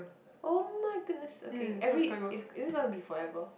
[oh]-my-goodness okay every is is it gonna be forever